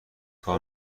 کار